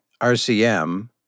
RCM